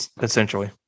Essentially